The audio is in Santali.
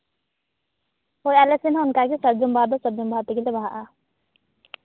ᱦᱳᱭ ᱟᱞᱮ ᱥᱮᱫ ᱦᱚᱸ ᱚᱱᱠᱟᱜᱮ ᱥᱟᱨᱡᱚᱢ ᱵᱟᱦᱟ ᱫᱚ ᱥᱟᱨᱡᱚᱢ ᱵᱟᱦᱟ ᱛᱮᱜᱮᱞᱮ ᱵᱟᱦᱟᱜᱼᱟ